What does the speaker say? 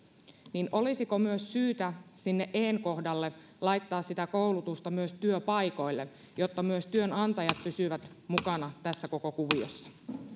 niin olisiko syytä sinne en kohdalle laittaa sitä koulutusta myös työpaikoille jotta myös työnantajat pysyvät mukana tässä koko kuviossa